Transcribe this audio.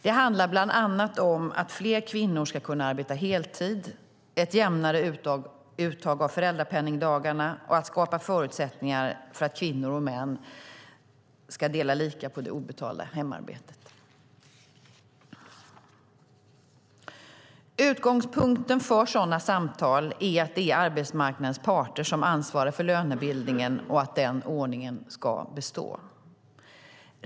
Det handlar bland annat om att fler kvinnor ska kunna arbeta heltid, ett jämnare uttag av föräldrapenningdagarna och att skapa förutsättningar för kvinnor och män att dela lika på det obetalda hemarbetet. Utgångspunkten för sådana samtal är att det är arbetsmarknadens parter som ansvarar för lönebildningen och att den ordningen ska bestå.